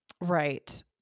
Right